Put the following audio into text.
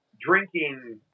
drinking